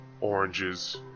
oranges